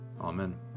Amen